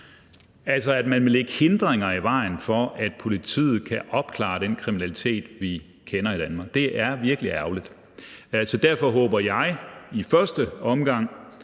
altså vil lægge hindringer i vejen for, at politiet kan opklare den kriminalitet, vi kender i Danmark. Det er virkelig ærgerligt. Kl. 12:54 Derfor håber jeg i første omgang,